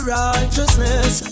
righteousness